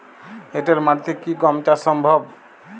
এঁটেল মাটিতে কি গম চাষ সম্ভব?